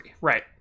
Right